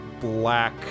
black